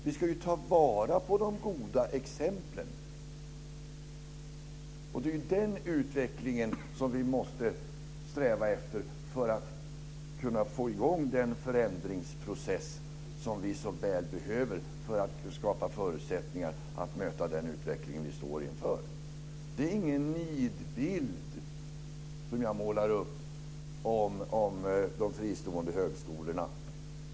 Vi ska ta vara på de goda exemplen. Det är ju den utvecklingen som vi måste sträva efter för att kunna få i gång den förändringsprocess som vi såväl behöver för att skapa förutsättningar att möta den utveckling vi står inför. Det är ingen nidbild som jag målar upp vad gäller de fristående högskolorna.